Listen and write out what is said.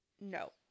no